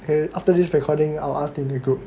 after this recording I'll ask in the group